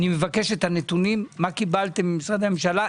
מבקש את הנתונים מה קיבלתם ממשרדי הממשלה,